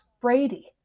Brady